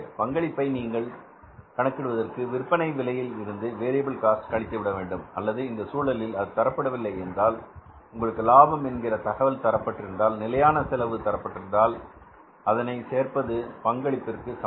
பங்களிப்பை நீங்கள் கணக்கிடுவதற்கு விற்பனை விலையில் இருந்து வேரியபில் காஸ்ட் கழித்துவிட வேண்டும் அல்லது இந்த சூழலில் அது தரப்படவில்லை என்றால் உங்களுக்கு லாபம் என்கிற தகவல் தரப்பட்டிருந்தால் நிலையான செலவு தரப்பட்டிருந்தால் அதை சேர்ப்பது பங்களிப்பிற்கு சமம்